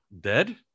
dead